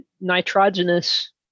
nitrogenous